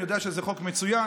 אני יודע שזה חוק מצוין.